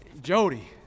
Jody